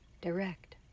direct